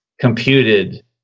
computed